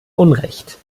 unrecht